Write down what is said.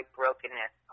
brokenness